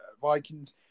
Vikings